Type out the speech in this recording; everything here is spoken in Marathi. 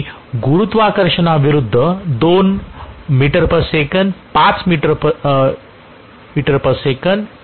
मी गुरुत्वाकर्षणाविरूद्ध 2 m s 5 m s ते जाऊ देतो